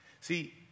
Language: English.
See